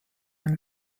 ein